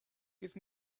give